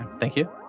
thank you.